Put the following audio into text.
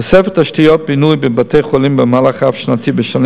תוספת תשתיות בינוי בבתי-חולים במהלך רב-שנתי בשנים